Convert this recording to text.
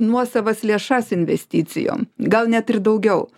nuosavas lėšas investicijom gal net ir daugiau